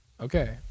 Okay